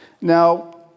Now